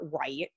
right